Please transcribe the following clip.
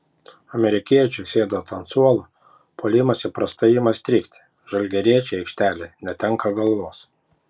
amerikiečiui sėdant ant suolo puolimas įprastai ima strigti žalgiriečiai aikštelėje netenka galvos